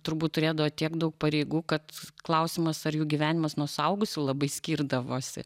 turbūt turėdavo tiek daug pareigų kad klausimas ar jų gyvenimas nuo suaugusių labai skirdavosi